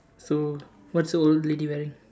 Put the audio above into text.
so what's the old lady wearing